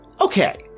Okay